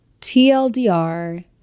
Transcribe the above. TLDR